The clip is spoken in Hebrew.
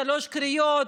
שלוש קריאות,